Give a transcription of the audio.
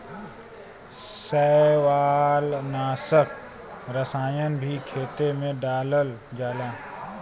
शैवालनाशक रसायन भी खेते में डालल जाला